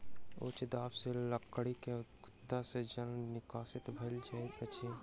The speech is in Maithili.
उच्च दाब सॅ लकड़ी के गुद्दा सॅ जल निष्कासित भ जाइत अछि